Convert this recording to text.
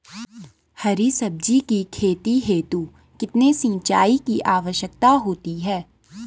हरी सब्जी की खेती हेतु कितने सिंचाई की आवश्यकता होती है?